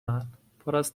من، پراز